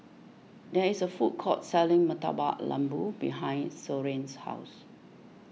there is a food court selling Murtabak Lembu behind Soren's house